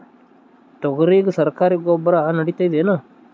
ತೊಗರಿಗ ಸರಕಾರಿ ಗೊಬ್ಬರ ನಡಿತೈದೇನು?